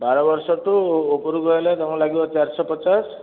ବାର ବର୍ଷ ଠୁ ଉପରକୁ ହେଲେ ତୁମର ଲାଗିବ ଚାରି ଶହ ପଚାଶ